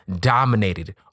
dominated